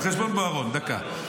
על חשבון בוארון דקה.